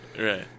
Right